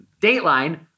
Dateline